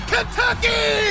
Kentucky